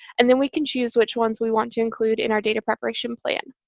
and then we can choose which ones we want to include in our data preparation plan.